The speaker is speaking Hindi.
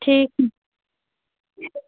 ठीक